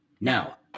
Now